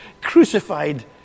crucified